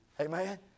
Amen